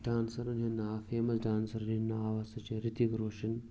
دانسَرَن ہُنٛد ناو فیمَس ڈانسَرَن ہِںٛدۍ ناو ہَسا چھِ رِتِک روشَن